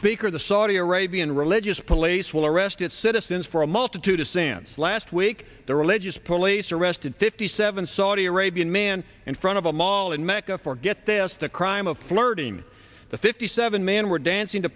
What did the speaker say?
speaker the saudi arabian religious police will arrest its citizens for a multitude of sins last week the religious police arrested fifty seven saudi arabian man in front of a mall in mecca forget the us the crime of flirting the fifty seven men were dancing to